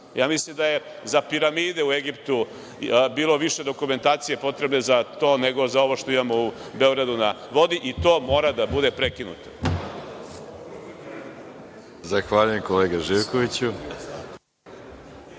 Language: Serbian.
mislim da je za piramide u Egiptu bilo više dokumentacije potrebne za to, nego za ovo što imamo u Beogradu na vodi i to mora da bude prekinuto.(Vladimir Đukanović,s